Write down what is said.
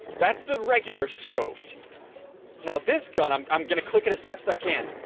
that's the regular scope now this gun, i'm i'm gonna click it as fast as i can